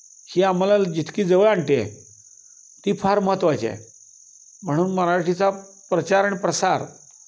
ही आम्हाला जितकी जवळ आणते आहे ती फार महत्त्वाची आहे म्हणून मराठीचा प्रचार आणि प्रसार